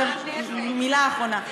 מילה אחרונה.